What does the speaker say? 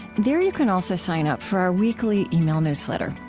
there you can also sign up for our weekly email newsletter.